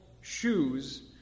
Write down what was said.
shoes